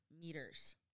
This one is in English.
meters